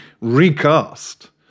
recast